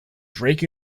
drake